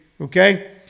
Okay